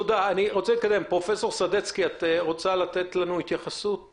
פרופסור סדצקי, את רוצה להתייחס?